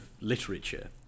literature